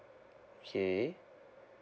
okay